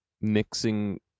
mixing